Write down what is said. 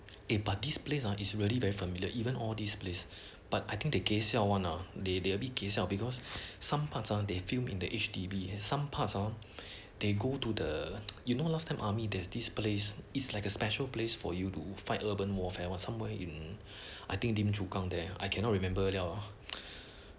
eh but this place ah is really very familiar even all this place but I think they 搞笑 one ah they they a bit 搞笑 because sometimes ah they filmed in the H_D_B some parts hor they go to the you know last time army there's this place is like a special place for you to fight urban warfare was somewhere in I think lim chu kang there I cannot remember liao